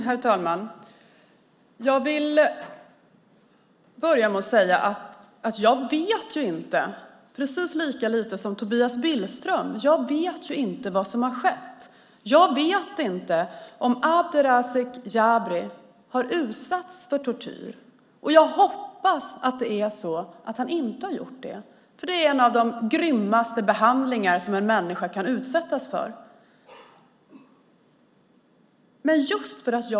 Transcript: Herr talman! Jag vill börja med att säga att jag vet precis lika lite som Tobias Billström vad som har skett. Jag vet inte om Abderazzak Jabri har utsatts för tortyr, och jag hoppas att han inte har gjort det, för det är en av de grymmaste behandlingar som en människa kan utsättas för.